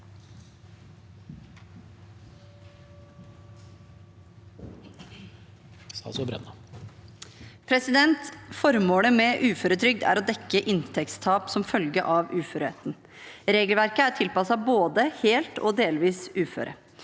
Formålet med uføretrygd er å dekke inntektstap som følge av uførheten. Regelverket er tilpasset både helt og delvis uføre.